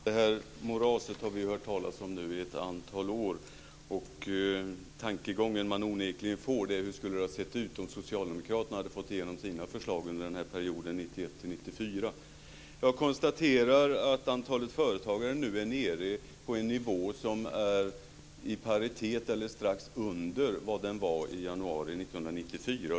Fru talman! Moraset har vi hört talas om i ett antal år. Den tanke man onekligen får är hur det skulle ha sett ut om socialdemokraterna hade fått igenom sina förslag under perioden 1991-1994. Jag konstaterar att antalet företagare nu är nere på en nivå som är i paritet eller strax under vad den var i januari 1994.